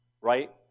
Right